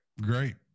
great